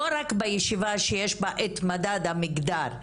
לא רק בישיבה שיש בה את מדד המגדר,